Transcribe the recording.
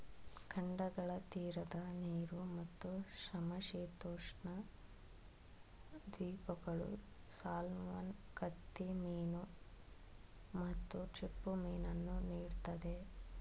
ಖಂಡಗಳ ತೀರದ ನೀರು ಮತ್ತು ಸಮಶೀತೋಷ್ಣ ದ್ವೀಪಗಳು ಸಾಲ್ಮನ್ ಕತ್ತಿಮೀನು ಮತ್ತು ಚಿಪ್ಪುಮೀನನ್ನು ನೀಡ್ತದೆ